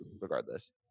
regardless